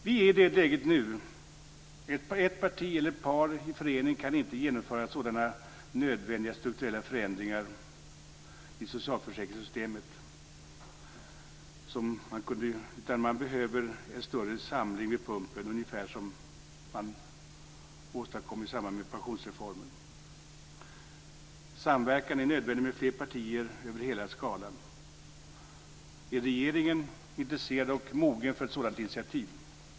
Vi är i det läget nu. Ett parti, eller ett par i förening, kan inte genomföra sådana nödvändiga strukturella förändringar i socialförsäkringssystemet. Man behöver en större samling vid pumpen, ungefär som det man åstadkom i samband med pensionsreformen. Samverkan är nödvändig med fler partier över hela skalan. Är regeringen intresserad av och mogen för ett sådant initiativ?